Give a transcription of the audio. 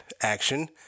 action